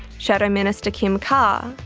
shadow minister kim carr,